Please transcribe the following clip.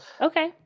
Okay